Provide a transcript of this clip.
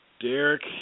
Derek